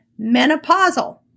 menopausal